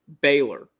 Baylor